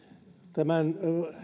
tämän